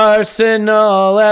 Arsenal